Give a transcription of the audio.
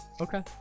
Okay